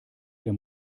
der